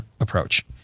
approach